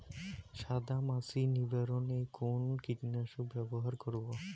সাদা মাছি নিবারণ এ কোন কীটনাশক ব্যবহার করব?